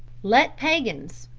let paeans,